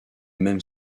même